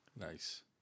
Nice